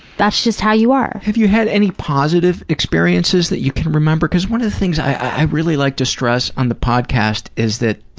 that's just how you are. have you had any positive experiences that you can remember, because one of the things i really like to stress on the podcast is that